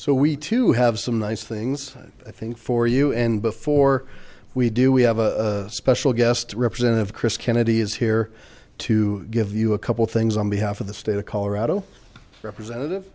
so we too have some nice things i think for you and before we do we have a special guest representative chris kennedy is here to give you a couple things on behalf of the state of colorado representative